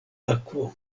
akvo